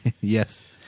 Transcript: Yes